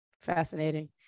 fascinating